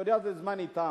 אני יודע שזמני תם,